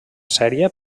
sèrie